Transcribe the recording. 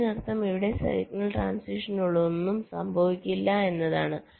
ഇതിനർത്ഥം ഇവിടെ സിഗ്നൽ ട്രാന്സിഷനൊന്നും സംഭവിക്കില്ല എന്നാണ്